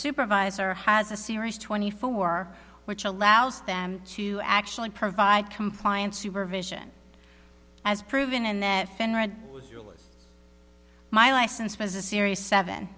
supervisor has a series twenty four which allows them to actually provide compliance supervision as proven and that finra my license was a serious seven